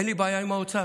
אין לי בעיה עם האוצר.